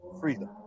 freedom